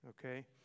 Okay